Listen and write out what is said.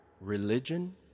religion